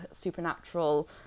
supernatural